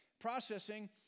processing